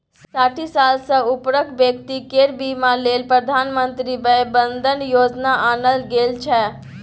साठि साल सँ उपरक बेकती केर बीमा लेल प्रधानमंत्री बय बंदन योजना आनल गेल छै